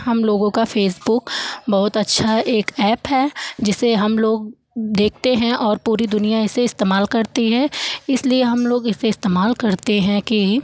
हम लोगों का फ़ेसबुक बहुत अच्छा एक एप है जिससे हम लोग देखते हैं और पूरी दुनिया इसे इस्तेमाल करती है इसलिए हम लोग इसे इस्तेमाल करते हैं कि